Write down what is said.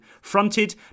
fronted